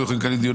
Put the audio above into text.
מי נגד?